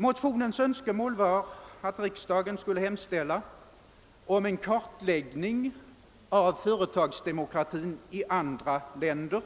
Motionens önskemål är att riksdagen skall hemställa om en kartläggning av företagsdemokratin i andra länder